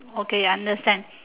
okay understand